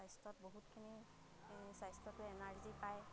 স্বাস্থ্যত বহুতখিনি স্বাস্থ্যটোৱে এনাৰ্জি পায়